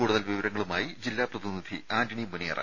കൂടുതൽ വിവരങ്ങളുമായി ജില്ലാ പ്രതിനിധി ആന്റണി മുനിയറ